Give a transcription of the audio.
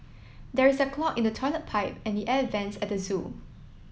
there is a clog in the toilet pipe and the air vents at the zoo